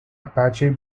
apache